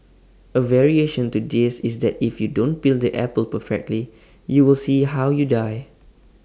A variation to this is that if you don't peel the apple perfectly you will see how you die